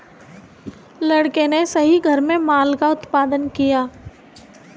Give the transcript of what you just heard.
लड़के ने सही घर में माल का उत्पादन किया